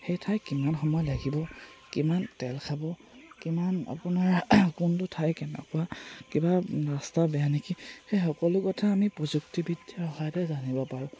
সেই ঠাই কিমান সময় লাগিব কিমান তেল খাব কিমান আপোনাৰ কোনটো ঠাই কেনেকুৱা কিবা ৰাস্তা বেয়া নেকি সেই সকলো কথা আমি প্ৰযুক্তিবিদ্যাৰ সহায়তে জানিব পাৰোঁ